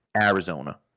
Arizona